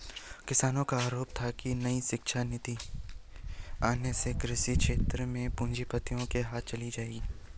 किसानो का आरोप था की नई नीति आने से कृषि क्षेत्र भी पूँजीपतियो के हाथ चली जाएगी